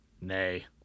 Nay